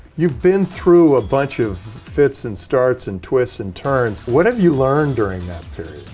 you've been through a bunch of fits and starts and twists and turns. what have you learned during that period?